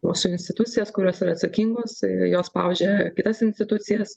mūsų institucijas kurios yra atsakingos jos spaudžia kitas institucijas